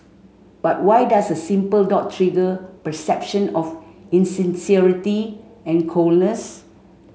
but why does a simple dot trigger perception of insincerity and coldness